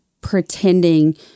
pretending